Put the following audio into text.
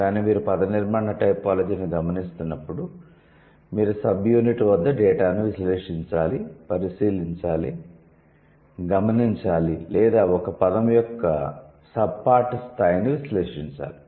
కానీ మీరు పదనిర్మాణ టైపోలాజీని గమనిస్తున్నప్పుడు మీరు సబ్యూనిట్ వద్ద డేటాను విశ్లేషించాలి పరిశీలించాలి గమనించాలి లేదా ఒక పదం యొక్క సబ్పార్ట్ స్థాయిని విశ్లేషించాలి